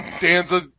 Danza